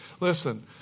listen